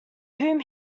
whom